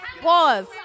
Pause